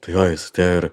tai jo jis atėjo ir